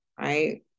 right